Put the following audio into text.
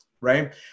right